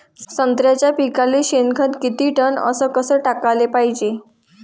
संत्र्याच्या पिकाले शेनखत किती टन अस कस टाकाले पायजे?